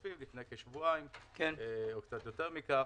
שלפני כשבועיים, או קצת יותר מכך,